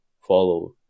follow